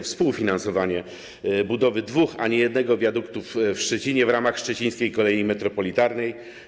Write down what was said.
Współfinansowanie budowy dwóch, a nie jednego wiaduktu w Szczecinie w ramach Szczecińskiej Kolei Metropolitalnej.